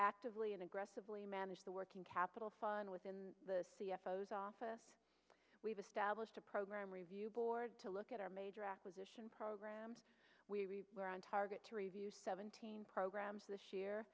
actively and aggressively manage the working capital fund within the photos office we've established a program review board to look at our major acquisition programs we were on target to review seventeen programs this year